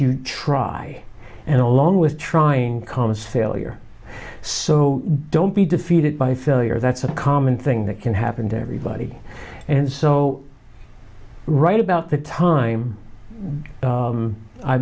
you try and along with trying comes failure so don't be defeated by failure that's a common thing that can happen to everybody and so right about the time